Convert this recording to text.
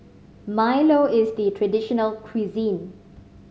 milo is the traditional cuisine